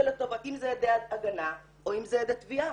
אם זה עדי הגנה ואם זה עדי תביעה,